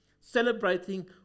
celebrating